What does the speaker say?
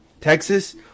Texas